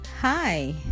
Hi